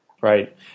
Right